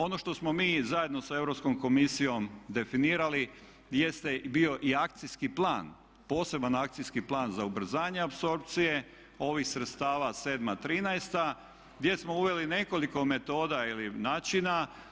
Ono što smo mi zajedno sa Europskom komisijom definirali jeste bio i akcijski plan, poseban akcijski plan za ubrzanje apsorpcije ovih sredstava 2007-2013. gdje smo uveli nekoliko metoda ili načina.